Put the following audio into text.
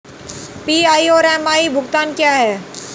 PI और MI भुगतान क्या हैं?